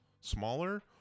smaller